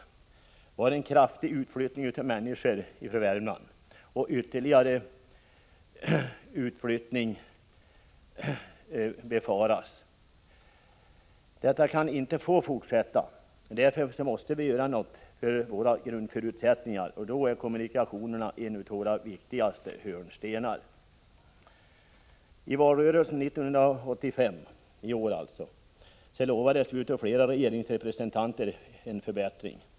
Vi har en kraftig befolkningsminskning och utflyttning av människor från Värmland, och ytterligare utflyttning befaras. Detta kan inte få fortsätta. Vi måste göra något för våra grundförutsättningar, och då är kommunikationerna en av de viktigaste hörnstenarna. I valrörelsen 1985, i år alltså, lovade flera regeringsrepresentanter att vi skulle få en förbättring.